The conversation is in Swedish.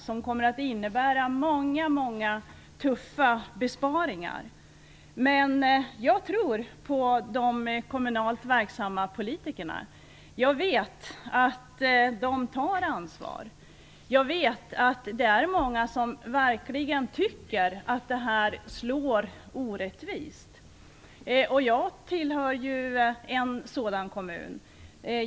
Det kommer att bli många tuffa besparingar, men jag tror på de kommunalt verksamma politikerna. Jag vet att de tar ansvar. Jag vet att det är många som tycker att det här slår orättvist; jag kommer själv från en sådan kommun.